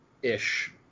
Ish